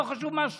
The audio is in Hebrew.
לא חשוב מה שמו,